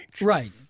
right